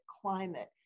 climate